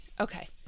Okay